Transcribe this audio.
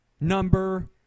Number